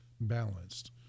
balanced